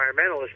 environmentalists